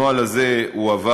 הנוהל הזה הועבר,